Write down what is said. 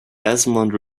esmond